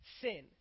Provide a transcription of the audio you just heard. sin